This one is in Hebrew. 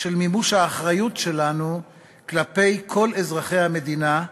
של מימוש האחריות שלנו כלפי כל אזרחי המדינה,